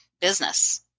business